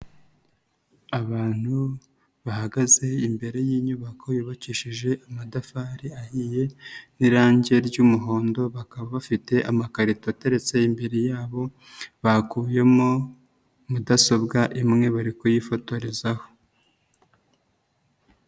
Abantu bahagaze imbere y'inyubako yubakishije amatafari ahiye n'irange ry'umuhondo, bakaba bafite amakarito ateretse imbere yabo bakuyemo mudasobwa imwe bari kuyifotorezaho.